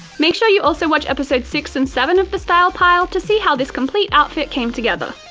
make sure you also watch episodes six and seven of the style pile to see how this complete outfit came together!